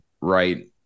right